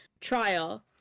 trial